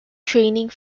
training